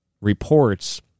Reports